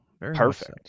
Perfect